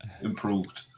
improved